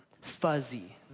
fuzzy